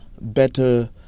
better